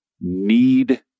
need